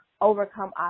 overcome